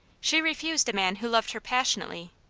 she refused a man who loved her passionately,